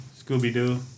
Scooby-Doo